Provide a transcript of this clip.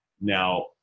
now